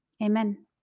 amen